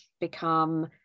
become